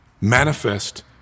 manifest